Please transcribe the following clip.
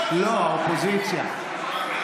הגזען האתיופי הראשון,